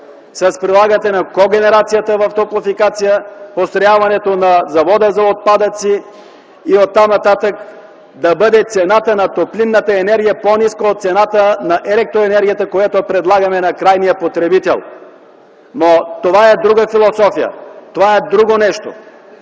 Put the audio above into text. с прилагането на когенерацията в Топлофикация, построяването на завода за отпадъци и оттам–нататък цената на топлинната енергия да бъде по-ниска от тази на електроенергията, която предлагаме на крайния потребител. Но това е друга философия. Това е друго нещо.